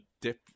dip